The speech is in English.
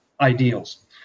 ideals